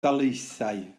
daleithiau